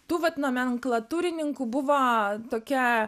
tų vat nomenklatūrininkų buvo tokia